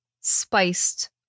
spiced